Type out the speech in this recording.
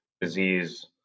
disease